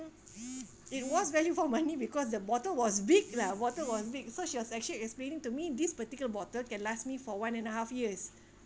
it was value for money because the bottle was big lah bottle was big so she was actually explaining to me this particular bottle can last me for one and a half years